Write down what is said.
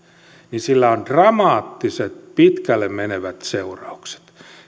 sillä on dramaattiset pitkälle menevät seuraukset